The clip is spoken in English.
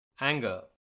Anger